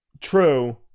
True